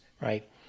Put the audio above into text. right